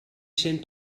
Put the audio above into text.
cent